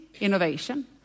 innovation